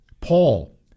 Paul